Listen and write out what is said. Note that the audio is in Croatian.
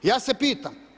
Ja se pitam.